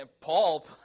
Paul